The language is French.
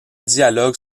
dialogues